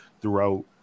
throughout